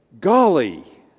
golly